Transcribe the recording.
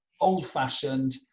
old-fashioned